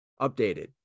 updated